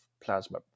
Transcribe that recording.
plasma